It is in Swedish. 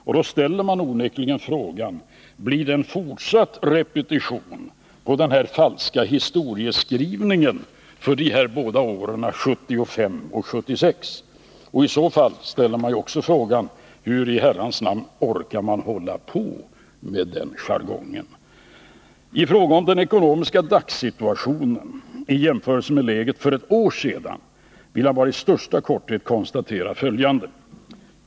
Man ställer då onekligen frågan: Blir det en fortsatt repetition på den falska historieskrivningen från åren 1975 och 1976? I så fall ställer man sig också frågan: Hur i Herrans namn orkar man hålla på med den jargongen? I fråga om den ekonomiska dagssituationen i jämförelse med läget för ett år sedan vill jag bara i största korthet konstatera följande.